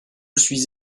suis